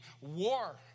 war